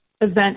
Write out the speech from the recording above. event